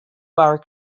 our